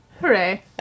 Hooray